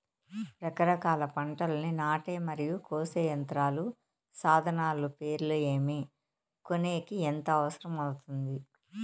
రకరకాల పంటలని నాటే మరియు కోసే యంత్రాలు, సాధనాలు పేర్లు ఏమి, కొనేకి ఎంత అవసరం అవుతుంది?